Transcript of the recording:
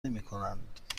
نمیکنند